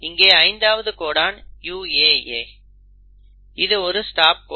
இங்கே 5ஆவது codon UAA இது ஒரு ஸ்டாப் கோடன்